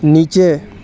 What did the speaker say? نیچے